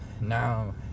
now